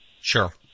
Sure